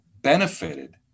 benefited